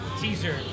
teaser